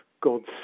God's